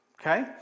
Okay